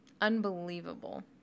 unbelievable